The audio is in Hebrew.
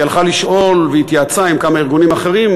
היא הלכה לשאול והתייעצה עם כמה ארגונים אחרים,